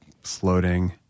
floating